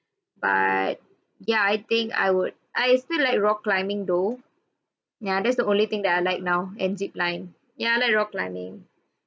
but ya I think I would I still like rock climbing though ya that's the only thing that I like now and zip line and ya I like rock climbing